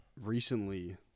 recently